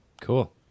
Cool